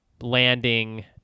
landing